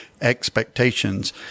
expectations